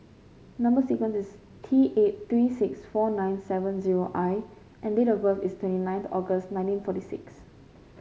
number sequence is T eight three six four nine seven zero I and date of birth is twenty ninth August nineteen forty six